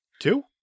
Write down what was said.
Two